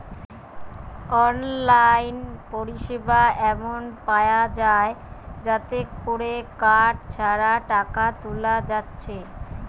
online পরিসেবা এমন পায়া যায় যাতে কোরে কার্ড ছাড়া টাকা তুলা যাচ্ছে